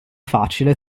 facile